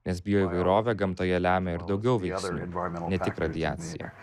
nes bioįvairovę gamtoje lemia ir daugiau veiksnių ne tik radiacija